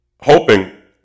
hoping